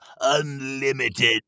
Unlimited